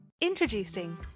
Introducing